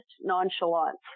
nonchalance